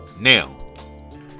Now